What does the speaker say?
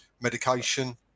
medication